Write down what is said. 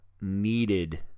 needed